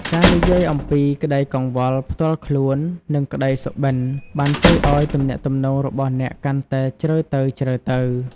ការនិយាយអំពីក្តីកង្វល់ផ្ទាល់ខ្លួននិងក្តីសុបិន្តបានជួយឲ្យទំនាក់ទំនងរបស់អ្នកកាន់តែជ្រៅទៅៗ។